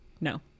no